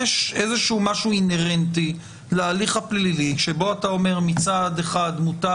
יש איזשהו משהו אינהרנטי להליך הפלילי שבו אתה אומר שמצד אחד מותר